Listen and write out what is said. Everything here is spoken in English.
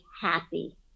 happy